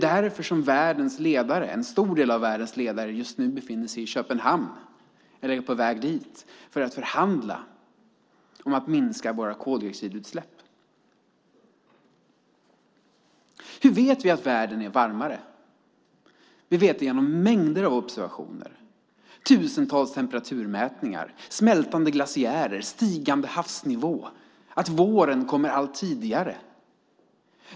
Därför befinner sig en stor del av världens ledare just nu i Köpenhamn, eller är på väg dit, för att förhandla om att minska våra koldioxidutsläpp. Hur vet vi att världen är varmare? Vi vet det genom mängder av observationer - tusentals temperaturmätningar, smältande glaciärer, stigande havsnivåer, våren som kommer allt tidigare.